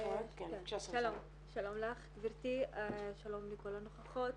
שלום לך גברתי, שלום לכל הנוכחות.